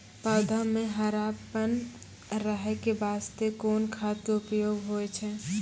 पौधा म हरापन रहै के बास्ते कोन खाद के उपयोग होय छै?